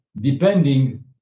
depending